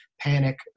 panic